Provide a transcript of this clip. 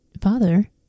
Father